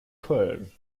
köln